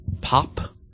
pop